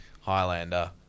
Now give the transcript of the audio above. Highlander